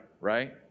right